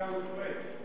עיסאווי פריג'.